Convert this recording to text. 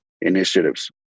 initiatives